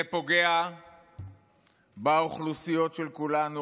זה פוגע באוכלוסיות של כולנו.